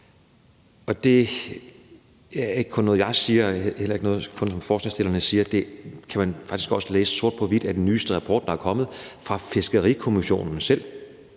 Det er ikke kun noget, jeg siger, og det er heller ikke noget, som kun forslagsstillerne siger, for det kan man faktisk også læse sort på hvidt i den nyeste rapport, der er kommet fra Fiskerikommissionen selv.